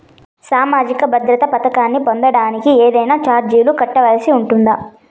సామాజిక భద్రత పథకాన్ని పొందడానికి ఏవైనా చార్జీలు కట్టాల్సి ఉంటుందా?